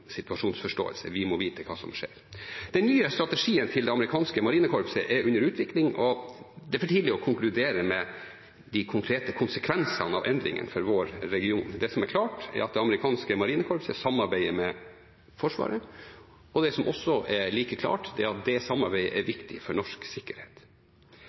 situasjonsforståelse – vi må vite hva som skjer. Den nye strategien til det amerikanske marinekorpset er under utvikling, og det er for tidlig å konkludere med hva de konkrete konsekvensene av endringene blir for vår region. Det som er klart, er at det amerikanske marinekorpset samarbeider med Forsvaret. Det som er like klart, er at det samarbeidet er viktig for norsk sikkerhet.